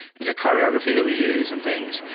into choreography that we use and things.